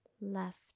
left